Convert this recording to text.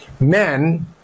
Men